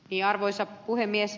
arvoisa puhemies